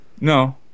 No